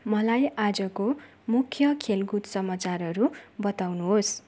मलाई आजको मुख्य खेलकुद समाचारहरू बताउनुहोस्